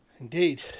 indeed